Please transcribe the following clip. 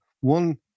one